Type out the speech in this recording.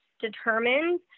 determined